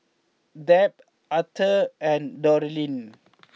Deb Arthur and Dorine